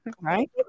Right